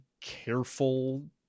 careful